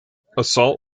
assault